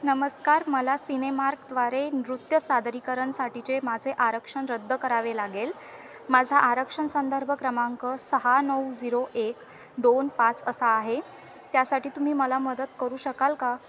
नमस्कार मला सिनेमार्क द्वारे नृत्य सादरीकरणसाठीचे माझे आरक्षण रद्द करावे लागेल माझा आरक्षण संदर्भ क्रमांक सहा नऊ झिरो एक दोन पाच असा आहे त्यासाठी तुम्ही मला मदत करू शकाल का